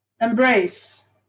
embrace